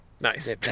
Nice